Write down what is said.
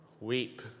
weep